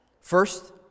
First